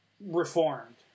reformed